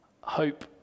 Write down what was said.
Hope